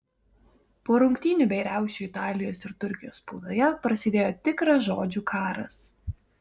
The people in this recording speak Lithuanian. po rungtynių bei riaušių italijos ir turkijos spaudoje prasidėjo tikras žodžių karas